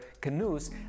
canoes